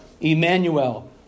Emmanuel